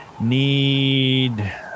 need